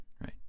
right